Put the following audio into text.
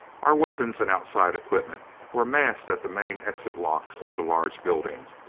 our weapons and outside equipment were massed at the main exit locks of the large building.